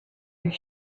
your